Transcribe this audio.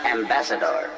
Ambassador